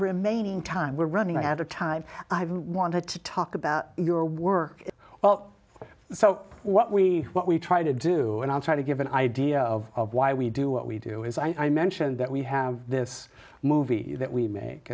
remaining time we're running ahead of time i've wanted to talk about your work well so what we what we try to do and i'll try to give an idea of why we do what we do is i mentioned that we have this movie that we make